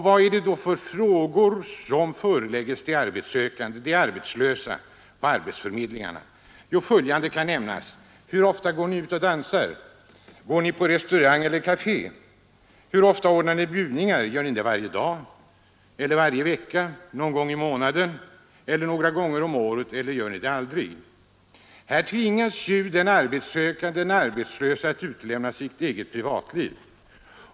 Vad är det då för frågor som föreläggs de arbetssökande på arbetsförmedlingarna? Följande kan nämnas: Hur ofta går ni ut och dansar, går på restaurang eller kafé? Hur ofta ordnar ni bjudningar? Gör ni det varje dag eller varje vecka, någon gång i månaden, några gånger om året eller gör ni det aldrig? Här tvingas den arbetssökande att utlämna sitt privatliv.